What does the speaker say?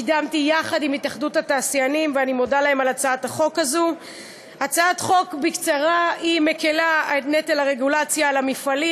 כנסת נכבדה, הצעת חוק התכנון והבנייה